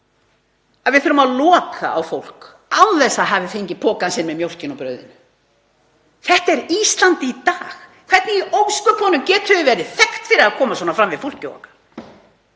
að við þurfum að loka á fólk án þess að það hafi fengið pokann sinn með mjólkinni og brauðinu. Þetta er Ísland í dag. Hvernig í ósköpunum getum við verið þekkt fyrir að koma svona fram við fólkið okkar?